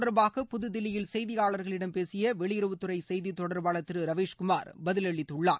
தொடர்பாக புதுதில்லியில் செய்தியாளர்களிடம் பேசிய வெளியுறவுத்துறை செய்தி இது தொடர்பாளர் திரு ரவீஸ்குமார் பதிலளித்துள்ளார்